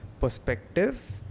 perspective